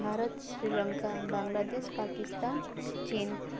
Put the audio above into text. ଭାରତ ଶ୍ରୀଲଙ୍କା ବାଂଲାଦେଶ ପାକିସ୍ତାନ ଚୀନ୍